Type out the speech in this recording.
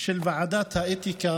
של ועדת האתיקה